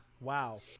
Wow